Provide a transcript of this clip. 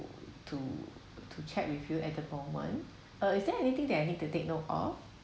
to to check with you at the moment uh is there anything that I need to take note of